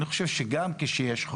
אני חושב שגם כשיש חוק,